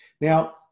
Now